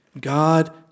God